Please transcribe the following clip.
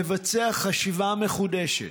לבצע חשיבה מחודשת,